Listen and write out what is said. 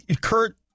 Kurt